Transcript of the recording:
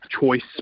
choice